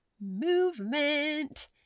Movement